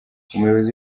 umuyobozi